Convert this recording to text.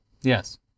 Yes